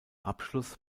abschluss